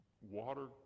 water